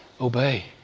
Obey